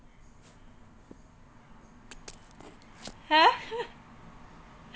!huh!